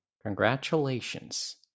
congratulations